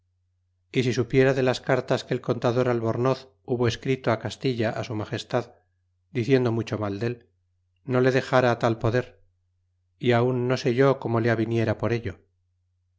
y si supiera de las cartas que el contador albornoz hubo escrito castilla su magestad diciendo mucho mal dél no le dexar tal poder y aun no sé yo como le aviniera por ello